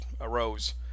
arose